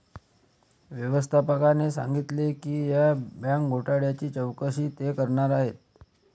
व्यवस्थापकाने सांगितले की या बँक घोटाळ्याची चौकशी ते करणार आहेत